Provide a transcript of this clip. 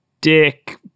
Dick